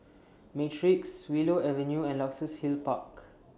Matrix Willow Avenue and Luxus Hill Park